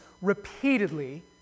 repeatedly